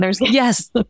Yes